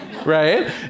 Right